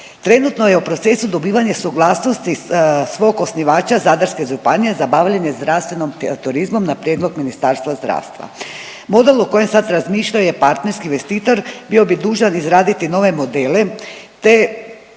Trenutno je u procesu dobivanja suglasnosti svog osnivača Zadarska županije za bavljenje zdravstvenim turizmom na prijedlog Ministarstva zdravstva. Model o kojem sad razmišljaju je partnerski investitor bio bi dužan izraditi nove modele